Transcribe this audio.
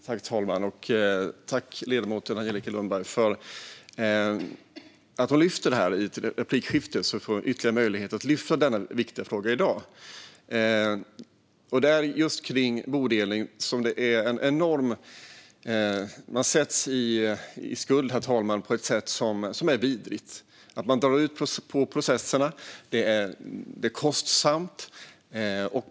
Herr talman! Jag vill tacka ledamoten Angelica Lundberg för att hon tar upp detta i ett replikskifte så att vi får ytterligare en möjlighet att lyfta fram denna viktiga fråga i dag. Just vid bodelning, herr talman, sätts man i skuld på ett sätt som är vidrigt. Processerna drar ut på tiden, och det är kostsamt.